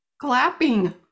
clapping